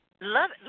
love